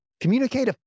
communicate